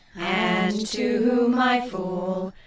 and to my fool.